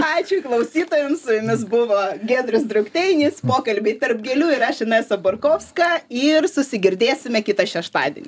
ačiū klausytojams su jumis buvo giedrius drukteinis pokalbiai tarp gėlių aš inesa barkovska ir susigirdėsime kitą šeštadienį